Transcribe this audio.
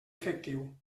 efectiu